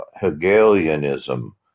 Hegelianism